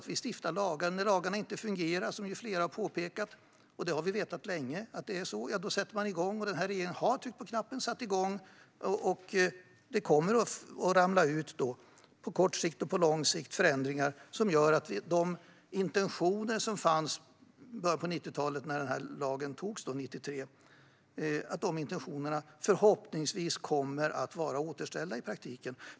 Vi stiftar lagar, och när lagarna inte fungerar - flera har ju påpekat det när det gäller den här lagen, och vi har vetat det länge - sätter man igång. Den här regeringen har tryckt på knappen. Det kommer att på kort sikt och på lång sikt ramla ut förändringar som gör att de intentioner som fanns i början av 90-talet, när den här lagen antogs 1993, förhoppningsvis kommer att vara återställda i praktiken.